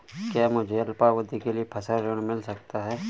क्या मुझे अल्पावधि के लिए फसल ऋण मिल सकता है?